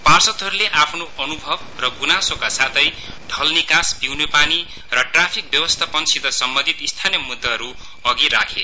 पार्षदहरूले आफ्नो अनुभव र गुनासोका साथै ढलनिकास पिउने पानी र ट्राफिक व्यवस्थापनसित सम्बन्धित स्थानीय मुद्दाहरू अघि राखे